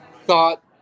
thought